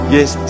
Yes